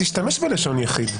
תשתמש בלשון יחיד,